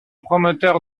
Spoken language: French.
promoteur